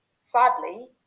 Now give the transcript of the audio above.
Sadly